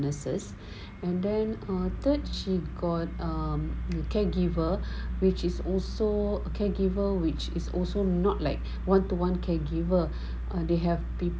nurses and then err third she got um caregiver which is also a caregiver which is also not like one to one caregiver mm they have